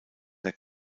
der